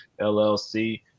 LLC